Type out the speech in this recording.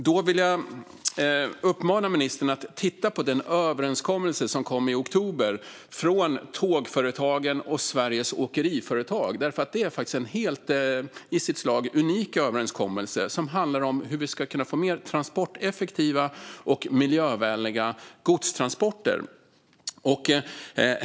Då vill jag uppmana ministern att titta på den överenskommelse som kom i oktober från Tågföretagen och Sveriges Åkeriföretag. Det är faktiskt en i sitt slag helt unik överenskommelse, som handlar om hur vi ska kunna få mer transporteffektiva och miljövänliga godstransporter.